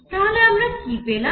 তাহলে আমরা কি পেলাম